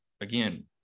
Again